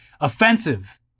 offensive